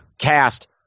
cast